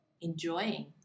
enjoying